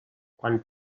quan